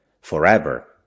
forever